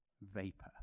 vapor